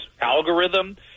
algorithm